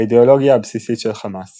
האידאולוגיה הבסיסית של חמאס